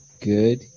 Good